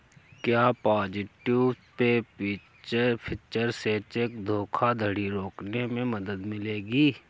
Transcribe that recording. क्या positive pay feature से check धोखाधड़ी रोकने में मदद मिलेगी?